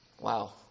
Wow